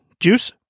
Juice